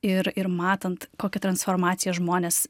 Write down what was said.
ir ir matant kokią transformaciją žmonės